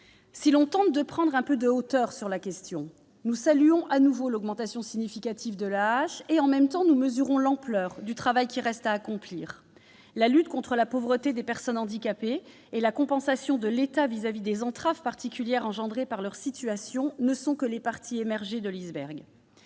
Tentons de prendre un peu de hauteur sur la question : nous saluons de nouveau l'augmentation significative de l'AAH et, en même temps, nous mesurons l'ampleur du travail qui reste à accomplir. La lutte contre la pauvreté des personnes handicapées et la compensation par l'État des entraves particulières engendrées par leur situation ne sont que les parties émergées de l'iceberg.